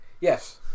yes